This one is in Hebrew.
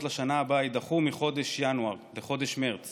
לשנה הבאה יידחו מחודש ינואר לחודש מרץ